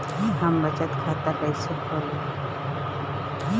हम बचत खाता कईसे खोली?